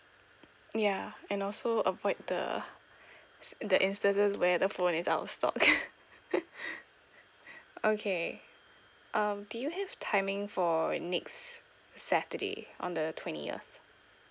ya and also avoid the ins~ the instances where the phone is out of stock okay um do you have timing for next saturday on the twentieth